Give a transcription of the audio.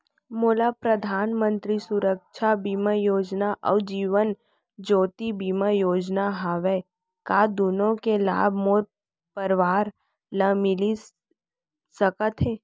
मोर परधानमंतरी सुरक्षा बीमा योजना अऊ जीवन ज्योति बीमा योजना हवे, का दूनो के लाभ मोर परवार ल मिलिस सकत हे?